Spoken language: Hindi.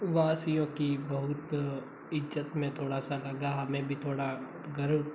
वासियों की बहुत इज़्ज़त में थोड़ा सा लगा हमें भी थोड़ा गर्व